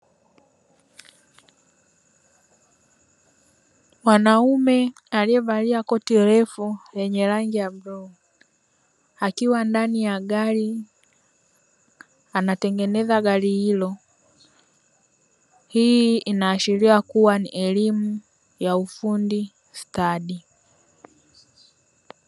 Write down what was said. Mwanaume aliyevalia koti refu lenye rangi ya bluu akiwa ndani ya gari, anatengeneza gari hilo. Hii inaashiria kuwa ni elimu ya ufundi stadi.